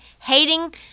hating